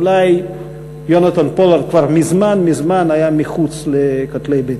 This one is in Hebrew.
אולי יונתן פולארד כבר מזמן מזמן היה מחוץ לכותלי בית-הסוהר.